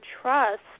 trust